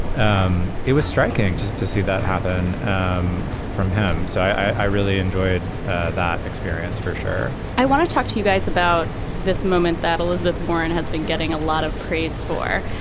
um it was striking just to see that happen um from him. so i really enjoyed ah that experience for sure i want to talk to you guys about this moment that elizabeth warren has been getting a lot of praise for.